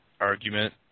argument